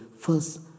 first